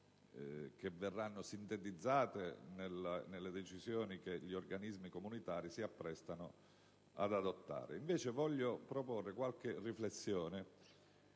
che verranno sintetizzate nelle decisioni che gli organismi comunitari si apprestano ad adottare. Voglio invece proporre qualche riflessione